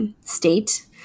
state